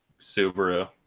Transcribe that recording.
Subaru